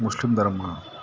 Muslim ಧರ್ಮ